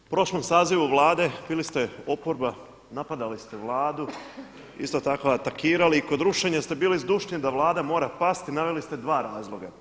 U prošlom sazivu Vlade bili ste oporba, napadali ste Vladu, isto tako atakirali i kod rušenja ste bili zdušni da Vlada mora pasti, naveli ste dva razloga.